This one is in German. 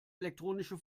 elektronische